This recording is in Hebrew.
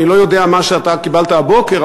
אני לא יודע מה שאתה קיבלת הבוקר,